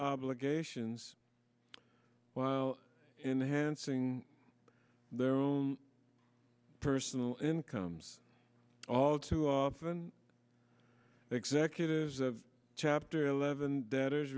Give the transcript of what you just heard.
obligations while in hansing their own personal incomes all too often executives of chapter eleven debtors